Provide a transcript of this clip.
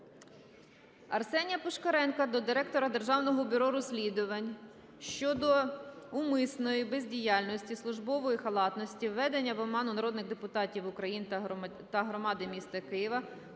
Арсенія Пушкаренка до Директора Державного бюро розслідувань щодо умисної бездіяльності, службової халатності, введення в оману народних депутатів України та громади міста Києва